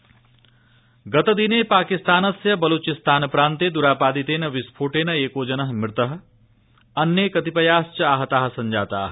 पाकिस्तान विस्फोट गतदिने पाकिस्तानस्य बलुचिस्तान प्रान्ते द्रापादितेन विस्फोटेन एको जनः मृतः अन्ये कतिपयाश्च आहताः सब्जाताः